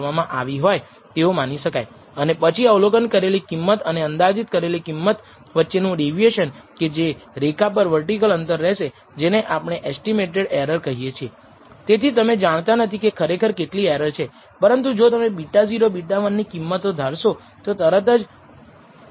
આપણે જે કર્યું નથી તે n દ્વારા વિભાજીત થયેલ છે જો આપણે n અથવા n 1 દ્વારા વિભાજીત કર્યા છે આપણને y નો વેરિએન્સ મળી ગયું છે પરંતુ જ્યારે આપણે સ્લોપ પરિમાણોને અવગણીએ છીએ ત્યારે આ yiમાં સમ સ્કવેર્ડ એરર રજૂ કરે છે તે તેના પર જોવાનો બીજો રસ્તો છે